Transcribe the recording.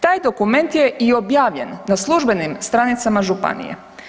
Taj dokument je i objavljen na službenim stranicama županije.